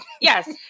yes